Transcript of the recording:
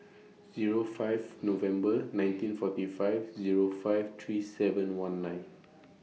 Zero five November nineteen forty five Zero five three seven one nine